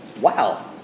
Wow